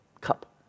cup